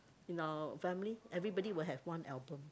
in our family everybody will have one album